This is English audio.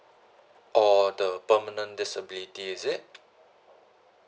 or the permanent disability is it